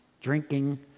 drinking